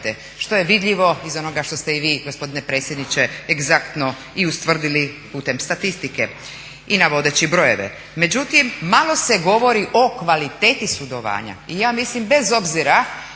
što je vidljivo iz onoga što ste i vi gospodine predsjedniče egzaktno i ustvrdili putem statistike i navodeći brojeve. Međutim, malo se govorio o kvaliteti sudovanja i ja mislim bez obzira